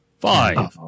Five